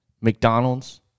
mcdonald's